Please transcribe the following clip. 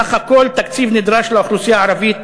סך כל התקציב הנדרש לאוכלוסייה הערבית